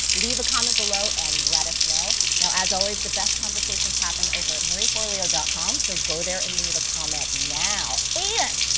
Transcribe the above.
leave a comment below and let us know. now, as always the best conversations happen over at marieforleo com, so go there and leave a comment now. and,